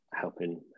helping